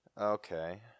Okay